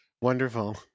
wonderful